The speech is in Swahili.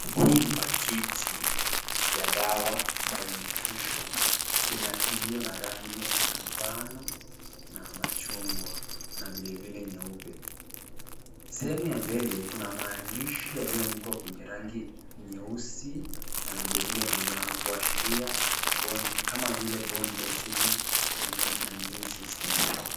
Hii paketi dawa Bio nutrition ilio na rangi manjano na majungwa na vile vile nyeupe, sehemu ya mbeli kuna maandishi yalioandikwa kwenye rangi nyeusi vile vile manjano kuashiria kama vile born density na immune system .